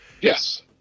Yes